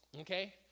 okay